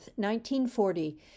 1940